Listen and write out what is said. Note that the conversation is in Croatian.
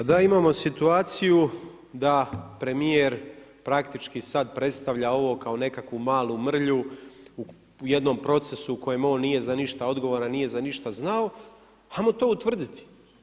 Pa da, imamo situaciju da premijer praktički sad predstavlja ovo kao nekakvu malu mrlju u jednom procesu u kojem on nije za ništa odgovoran, nije za ništa znao, ajmo to utvrditi.